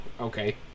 okay